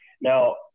Now